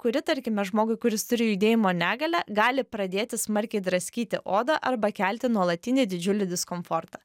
kuri tarkime žmogui kuris turi judėjimo negalią gali pradėti smarkiai draskyti odą arba kelti nuolatinį didžiulį diskomfortą